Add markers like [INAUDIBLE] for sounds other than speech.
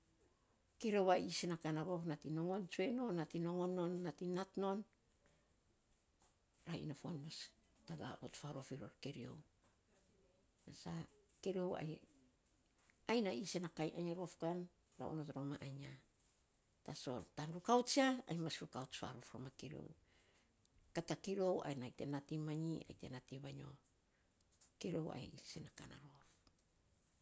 Keriou a isen na ka na rof nating nongon tsue, nating nongon non, nating nat non [NOISE] ra ina fuan mas taga ot iny farof ror a keriou. Tana sa keriou, ai na isen na ka na rof kan ra onot ror mat ainy ya. Tasol tan rukauts ainy mas lukaut farof rom a keriou. Kat a kirou ai te nat iny van manyi, ai te naat iny va nyo. Keriou a isen na ka na rof.